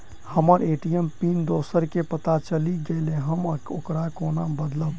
हम्मर ATM pin दोसर केँ पत्ता चलि गेलै, हम ओकरा कोना बदलबै?